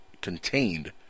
contained